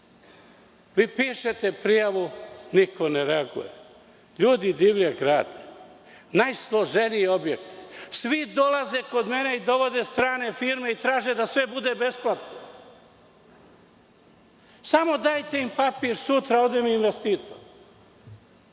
Vi pišete prijavu, niko ne reaguje, ljudi divlje grade najsloženije objekte. Svi dolaze kod mene i dovode strane firme i traže da sve bude besplatno, samo dajte im papir sutra, ode im investitor.